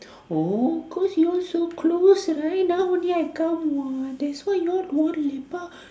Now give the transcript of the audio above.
oh cause you all so close right now only I come what that's why you all don't want to lepak